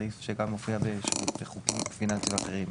הסעיף שגם מופיע בחוקים פיננסים אחרים.